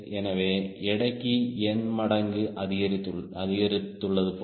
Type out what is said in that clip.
எனவே எடை n மடங்கு அதிகரித்துள்ளது போல